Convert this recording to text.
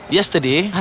Yesterday